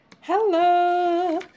Hello